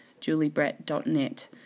juliebrett.net